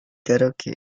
karaoke